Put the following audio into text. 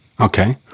Okay